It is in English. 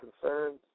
concerns